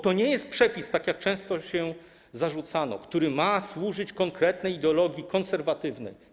To nie jest przepis, tak jak często się zarzucało, który ma służyć konkretnej ideologii konserwatywnej.